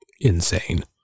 insane